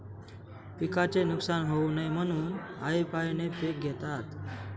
पिकाचे नुकसान होऊ नये म्हणून, आळीपाळीने पिक घेतात